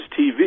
TV